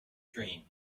dream